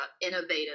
innovative